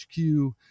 HQ